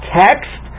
text